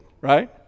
right